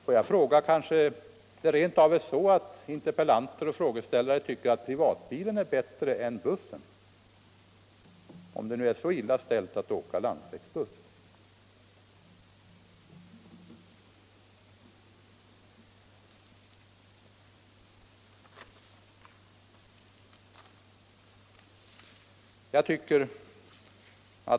Får jag fråga om det kanske är så att interpellanten och frågeställaren tycker att privatbilen är bättre än bussen, om det nu är så ofördelaktigt att åka landsvägsbuss?